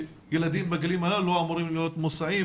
שילדים בגילאים הללו לא אמורים להיות מוסעים,